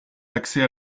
l’accès